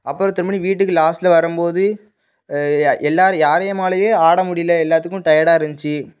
அப்புறம் திரும்ப நீ வீட்டுக்கு லாஸ்ட்டில் வரும் போது எல்லார் யாரையும்மாலையே ஆட முடியல எல்லாத்துக்கும் டயடா இருந்துச்சி